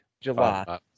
July